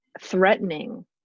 threatening